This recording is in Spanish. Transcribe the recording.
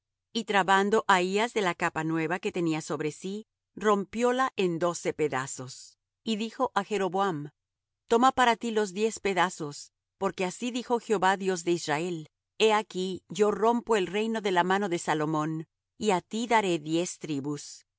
y trabando ahías de la capa nueva que tenía sobre sí rompióla en doce pedazos y dijo á jeroboam toma para ti los diez pedazos porque así dijo jehová dios de israel he aquí que yo rompo el reino de la mano de salomón y á ti daré diez tribus y